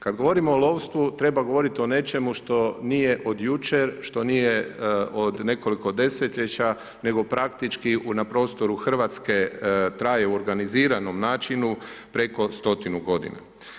Kad govorimo o lovstvu, treba govorit o nečemu što nije od jučer, što nije od nekoliko desetljeća nego praktički na prostoru Hrvatske, traje u organiziranom načinu preko stotinu godina.